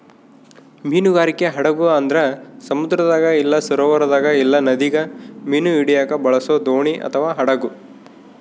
ಮೀನುಗಾರಿಕೆ ಹಡಗು ಅಂದ್ರ ಸಮುದ್ರದಾಗ ಇಲ್ಲ ಸರೋವರದಾಗ ಇಲ್ಲ ನದಿಗ ಮೀನು ಹಿಡಿಯಕ ಬಳಸೊ ದೋಣಿ ಅಥವಾ ಹಡಗು